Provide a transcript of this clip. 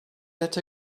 that